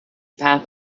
path